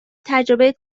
تجربه